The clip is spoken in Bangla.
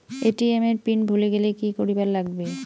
এ.টি.এম এর পিন ভুলি গেলে কি করিবার লাগবে?